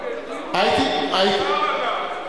השר עלה,